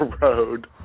road